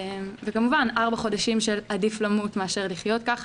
וכמובן ארבעה חודשים של "עדיף למות מאשר לחיות כך,